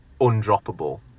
undroppable